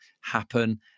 happen